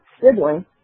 sibling